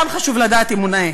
גם חשוב לדעת אם הוא נאה.